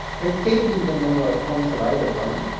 let k be the number of points of either colour,